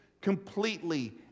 completely